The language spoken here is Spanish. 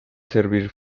servir